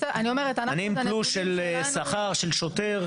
אני עם תלוש שכר של שוטר,